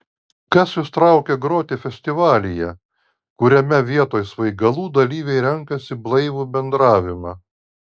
kas jus traukia groti festivalyje kuriame vietoj svaigalų dalyviai renkasi blaivų bendravimą